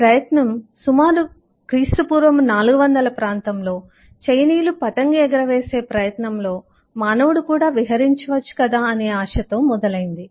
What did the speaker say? ఈ ప్రయత్నము సుమారు క్రీస్తు పూర్వము 400 ప్రాంతంలో చైనీయులు పతంగి ఎగరవేసే ప్రయత్నంలో మానవుడు కూడా విహరించవచ్చు కదా అనే ఆశ తో మొదలైంది